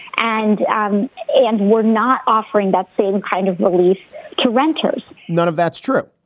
and um and we're not offering that same kind of relief to renters none of that's true.